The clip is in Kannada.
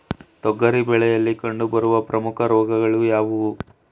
ತೊಗರಿ ಬೆಳೆಯಲ್ಲಿ ಕಂಡುಬರುವ ಪ್ರಮುಖ ರೋಗಗಳು ಯಾವುವು?